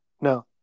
No